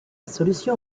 solution